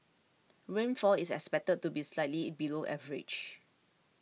rainfall is expected to be slightly below average